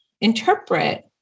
interpret